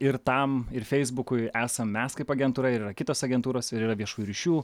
ir tam ir feisbukui esam mes kaip agentūra ir yra kitos agentūros ir yra viešųjų ryšių